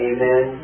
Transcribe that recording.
Amen